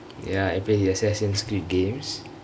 ya every assassin's creed games